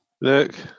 Look